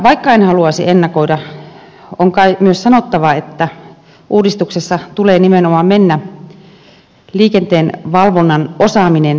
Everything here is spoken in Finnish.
vaikka en haluaisi ennakoida on kai myös sanottava että uudistuksessa tulee nimenomaan mennä liikenteenvalvonnan osaaminen edellä